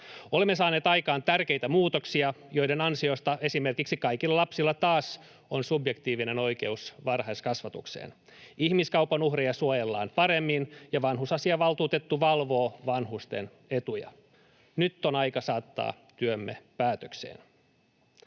Olemme saaneet aikaan tärkeitä muutoksia, joiden ansiosta esimerkiksi kaikilla lapsilla on taas subjektiivinen oikeus varhaiskasvatukseen. Ihmiskaupan uhreja suojellaan paremmin, ja vanhusasiavaltuutettu valvoo vanhusten etuja. Nyt on aika saattaa työmme päätökseen.